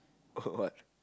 what